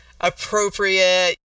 appropriate